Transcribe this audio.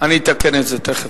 אני אתקן את זה תיכף.